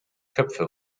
köpfe